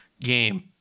game